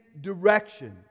direction